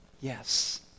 Yes